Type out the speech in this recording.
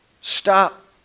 Stop